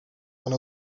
one